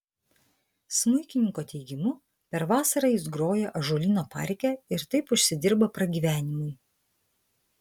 smuikininko teigimu per vasarą jis groja ąžuolyno parke ir taip užsidirba pragyvenimui